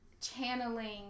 channeling